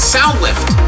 Soundlift